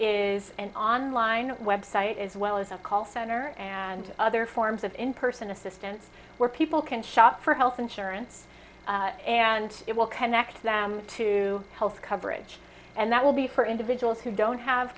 is an online web site as well as a call center and other forms of in person assistance where people can shop for health insurance and it will connect them to health coverage and that will be for individuals who don't have